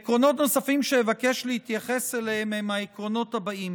עקרונות נוספים שאבקש להתייחס אליהם הם העקרונות האלה: